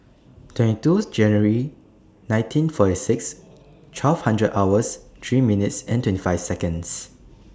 twenty two January nineteen forty six twelve hundred hours three minutes twenty five Seconds